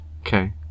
Okay